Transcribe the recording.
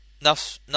enough